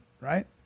right